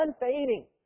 unfading